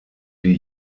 die